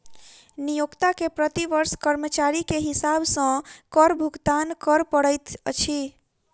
नियोक्ता के प्रति वर्ष कर्मचारी के हिसाब सॅ कर भुगतान कर पड़ैत अछि